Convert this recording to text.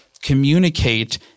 communicate